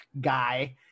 guy